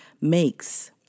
makes